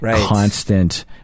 constant